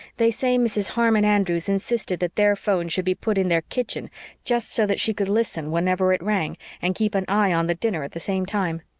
they say mrs. harmon andrews insisted that their phone should be put in their kitchen just so that she could listen whenever it rang and keep an eye on the dinner at the same time.